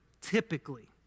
typically